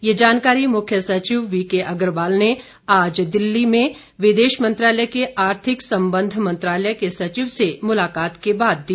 ये जानकारी मुख्य सचिव बीके अग्रवाल ने आज नई दिल्ली में विदेश मंत्रालय के आर्थिक सम्बध मंत्रालय के सचिव से मुलाकात के बाद दी